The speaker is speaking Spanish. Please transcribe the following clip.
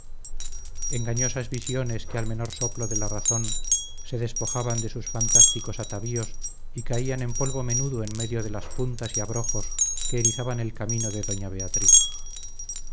engañosas visiones que al menor soplo de la razón se despojaban de sus fantásticos atavíos y caían en polvo menudo en medio de las puntas y abrojos que erizaban el camino de doña beatriz